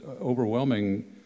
overwhelming